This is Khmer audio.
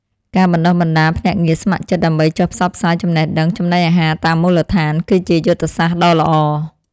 ការបណ្តុះបណ្តាលភ្នាក់ងារស្ម័គ្រចិត្តដើម្បីចុះផ្សព្វផ្សាយចំណេះដឹងចំណីអាហារតាមមូលដ្ឋាន គឺជាយុទ្ធសាស្ត្រដ៏ល្អ។